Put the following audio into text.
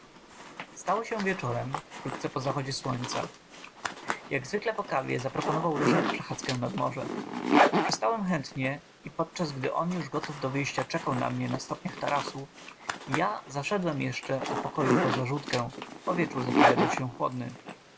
stało się wieczorem wkrótce po zachodzie słońca jak zwykle po kawie zaproponował ryszard przechadzkę nad morze przystałem chętnie i podczas gdy on już gotów do wyjścia czekał na mnie na stopniach terasu ja zaszedłem jeszcze do pokoju po zarzutkę bo wieczór zapowiadał się chłodny